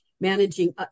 Managing